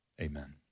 Amen